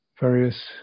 various